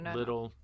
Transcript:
little